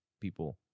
people